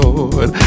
Lord